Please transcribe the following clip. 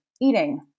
eating